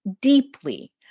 deeply